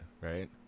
right